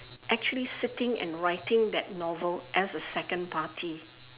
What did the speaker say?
actually sitting and writing that novel as a second party